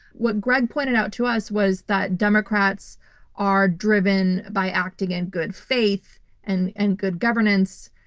what greg pointed out to us was that democrats are driven by acting in good faith and and good governance.